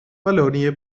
wallonië